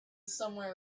somewhere